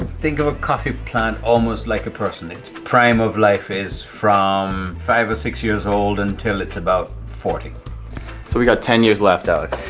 think of a coffee plant almost like a person. its prime of life is from five or six years old until it's about forty. so we've got ten years left, alex.